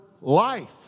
life